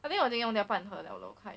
but then 我已经用掉半盒了快